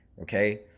okay